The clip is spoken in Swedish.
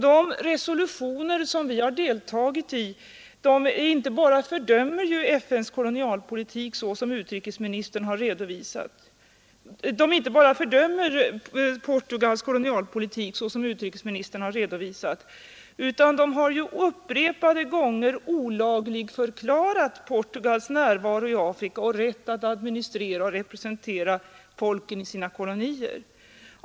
De resolutioner som vi deltagit i fördömer inte bara Portugals kolonialpolitik, såsom utrikesministern har redovisat, utan de har upprepade gånger olagligförklarat Portugals närvaro i Afrika och dess rätt att administrera och representera folken i sina kolonier.